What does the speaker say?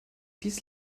dies